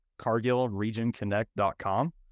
cargillregionconnect.com